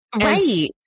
Right